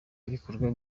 ibikorwa